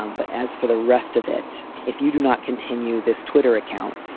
um but as for the rest of it, if you do not continue this twitter account,